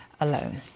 alone